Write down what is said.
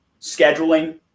scheduling